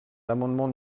l’amendement